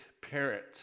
parent